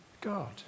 God